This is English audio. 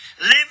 live